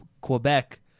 Quebec